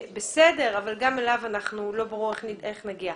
גם אליו לא ברור איך נגיע.